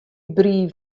brief